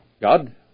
God